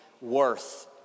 worth